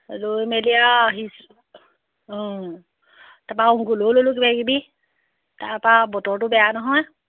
লৈ মেলি আৰু আহিছোঁ অঁ তাৰপৰা আৰু অংকুৰলৈয়ো ল'লোঁ কিবাকিবি তাৰপৰা আৰু বতৰটো বেয়া নহয়